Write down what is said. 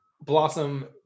Blossom